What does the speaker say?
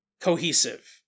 cohesive